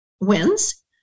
wins